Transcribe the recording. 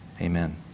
amen